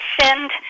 send